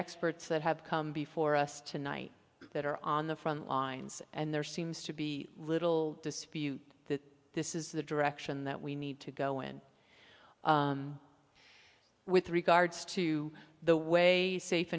experts that have come before us tonight that are on the front lines and there seems to be little dispute that this is the direction that we need to go in with regards to the way safe